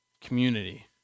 community